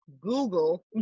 Google